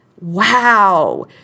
Wow